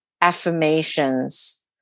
affirmations